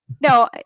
no